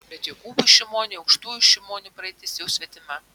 bet jokūbui šimoniui aukštųjų šimonių praeitis jau svetima